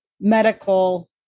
medical